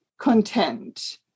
content